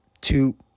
two